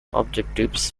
objectives